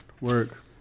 work